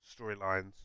storylines